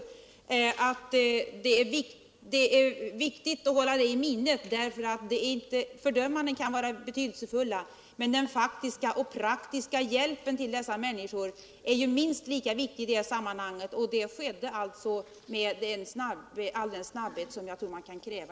Jag tror det är viktigt att hålla i minnet att fördömanden kan vara betydelsefulla men att den praktiska hjälpen till dessa människor är minst lika viktig i sammanhanget. Den hjälpen lämnades alltså med all den snabbhet som jag tror man kan kräva.